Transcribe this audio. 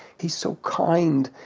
he's so kind.